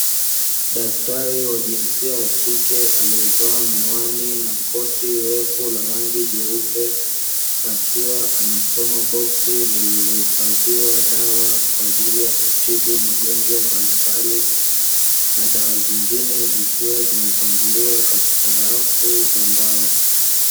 Daktari wa jinsia ya kike alimevaa miwani na koti refu la rangi jeupe, akiwa anasoma boksi lililohifadhiwa dawa kwa ajili ya kutibu magonjwa mbalimbali na dawa zingine zikiwa zimepangiliwa katika rafu za mbao.